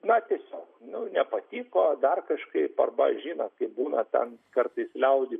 na tiesiog nepatiko dar kažkaip arba žino kaip būna ten kartais liaudy